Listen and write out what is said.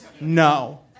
no